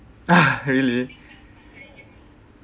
ah really